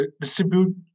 distribute